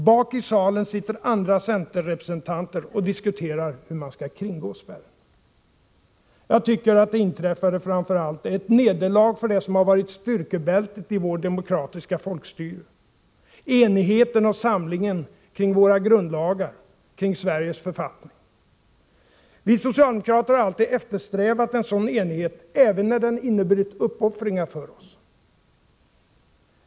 Bak i salen sitter andra centerrepresentanter och diskuterar hur man skall kringgå spärren. Jag tycker att det inträffade framför allt är ett nederlag för det som har varit styrkebältet i vårt demokratiska folkstyre — enigheten och samlingen kring våra grundlagar, kring Sveriges författning. Vi socialdemokrater har alltid eftersträvat en sådan enighet, även när den inneburit uppoffringar för oss.